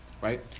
right